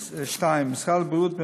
משרד הבריאות,